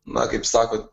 na kaip sakot